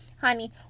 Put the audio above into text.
honey